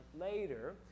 later